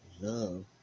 love